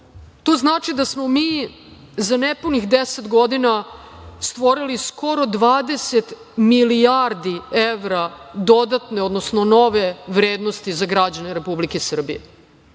To znači da smo mi za nepunih deset godina stvorili skoro 20 milijardi evra dodatne, odnosno nove vrednosti za građane Republike Srbije.